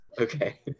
Okay